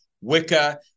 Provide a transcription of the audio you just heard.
Wicca